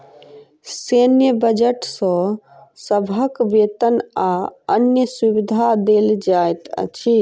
सैन्य बजट सॅ सभक वेतन आ अन्य सुविधा देल जाइत अछि